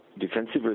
Defensive